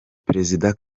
perezida